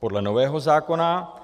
Podle nového zákona